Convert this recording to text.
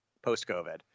post-COVID